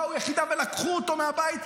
באו יחידה ולקחו אותו מהבית,